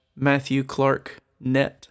MatthewClarkNet